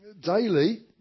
daily